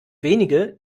wenige